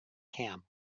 cam